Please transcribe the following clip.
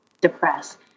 depressed